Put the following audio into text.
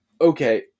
Okay